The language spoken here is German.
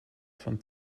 von